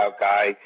guy